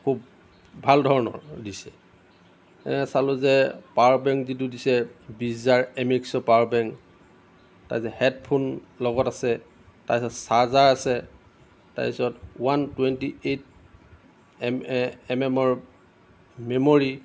খুব ভাল ধৰণৰ দিছে চালোঁ যে পাৱাৰ বেংক যিটো দিছে বিছ হাজাৰ এম ই এইচৰ পাৱাৰ বেংক তাৰপিছত হেডফোন লগত আছে তাৰপিছত চাৰ্জাৰ আছে তাৰপিছত one twenty eight M M এমৰ মেমৰী